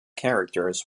characters